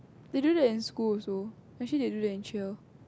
they do that in school also actually they do that in cheer